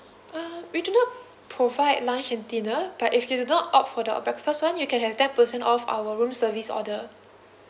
uh we do not provide lunch and dinner but if you do not opt for the breakfast one you can have ten percent off our room service order